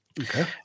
Okay